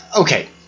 okay